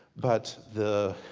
but the,